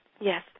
Yes